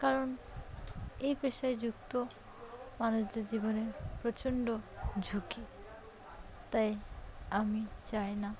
কারণ এই পেশায় যুক্ত মানুষদের জীবনে প্রচণ্ড ঝুঁকি তাই আমি চাই না